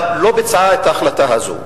אבל לא ביצעה את ההחלטה הזאת.